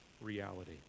reality